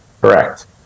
Correct